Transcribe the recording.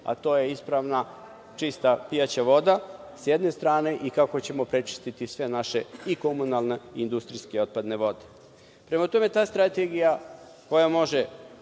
a to je ispravna, čista, pijaća voda, sa jedne strane, i kako ćemo prečistiti i sve naše komunalne i industrijske otpadne vode. Prema tome, ta strategija koja može